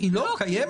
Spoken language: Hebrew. היא לא קיימת.